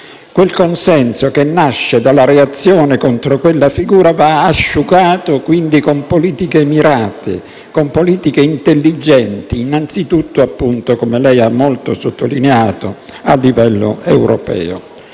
Quel consenso che nasce dalla reazione contro quella figura va asciugato, con politiche mirate, con politiche intelligenti: innanzitutto - come lei ha molto sottolineato - a livello europeo.